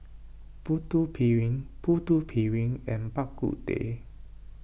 Putu Piring Putu Piring and Bak Kut Teh